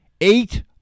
eight